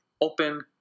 open